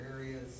areas